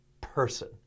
person